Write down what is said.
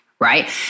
right